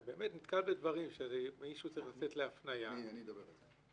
ואתה נתקל בדברים שמישהו צריך לצאת להפנייה --- אני אדבר על זה.